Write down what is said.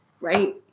right